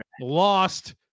lost